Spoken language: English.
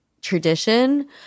tradition